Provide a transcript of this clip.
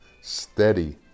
steady